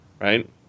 right